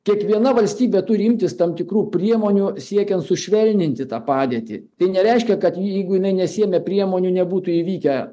kiekviena valstybė turi imtis tam tikrų priemonių siekiant sušvelninti tą padėtį tai nereiškia kad jeigu jinai nesiėmė priemonių nebūtų įvykę